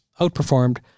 outperformed